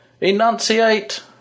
enunciate